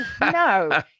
no